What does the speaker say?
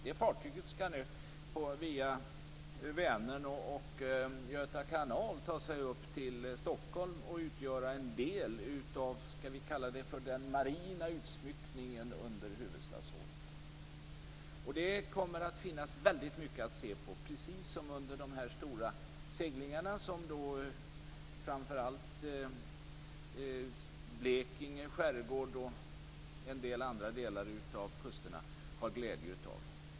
Det fartyget skall nu via Vänern och Göta kanal ta sig upp till Stockholm och utgöra en del av den marina utsmyckningen under kulturhuvudstadsåret. Det kommer att finnas väldigt mycket att se på, precis som under de stora seglingarna som framför allt Blekinge skärgård och en del andra delar av kusterna har glädje av.